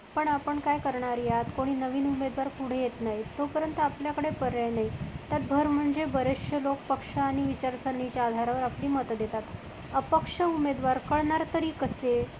पण आपण काय करणार यात कोणी नवीन उमेदवार पुढे येत नाही तोपर्यंत आपल्याकडे पर्याय नाही त्यात भर म्हणजे बरेचसे लोक पक्ष आणि विचारसरणीच्या आधारावर आपली मतं देतात अपक्ष उमेदवार कळणार तरी कसे